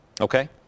Okay